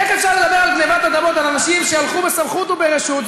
איך אפשר לדבר על גנבת אדמות על אנשים שהלכו בסמכות וברשות,